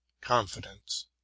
confidence